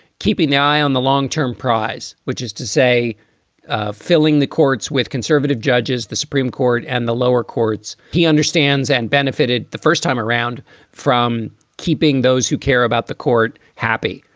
keeping our eye on the long term prize, which is to say ah filling the courts with conservative judges, the supreme court and the lower courts. he understands and benefited the first time around from keeping those who care about the court happy.